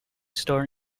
store